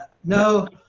know,